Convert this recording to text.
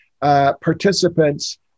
participants